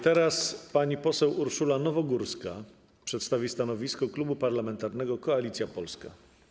Teraz pani poseł Urszula Nowogórska przedstawi stanowisko Klubu Parlamentarnego Koalicja Polska.